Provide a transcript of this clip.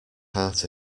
heart